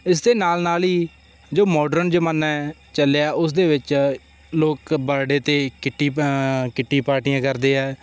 ਇਸ ਦੇ ਨਾਲ ਨਾਲ ਹੀ ਜੋ ਮਾਡਰਨ ਜਮਾਨਾ ਹੈ ਚੱਲਿਆ ਉਸ ਦੇ ਵਿੱਚ ਲੋਕ ਬਰਥਡੇ ਅਤੇ ਕਿੱਟੀ ਕਿੱਟੀ ਪਾਰਟੀਆਂ ਕਰਦੇ ਆ